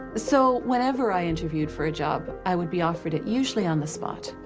so whenever i interviewed for a job, i would be offered it usually on the spot.